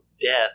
death